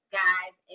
guys